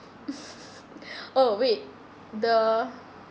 oh wait the